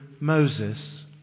Moses